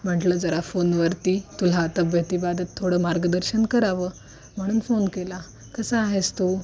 म्हटलं जरा फोनवरती तुला तब्येतीबादत थोडं मार्गदर्शन करावं म्हणून फोन केला कसं आहेस तू